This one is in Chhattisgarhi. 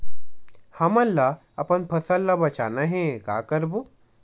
हमन ला अपन फसल ला बचाना हे का करबो?